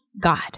God